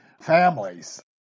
families